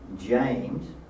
James